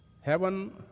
heaven